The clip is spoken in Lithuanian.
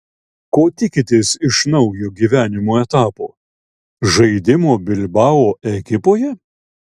ko tikitės iš naujo gyvenimo etapo žaidimo bilbao ekipoje